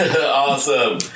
Awesome